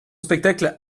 spectacle